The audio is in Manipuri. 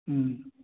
ꯎꯝ